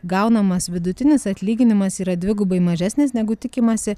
gaunamas vidutinis atlyginimas yra dvigubai mažesnis negu tikimasi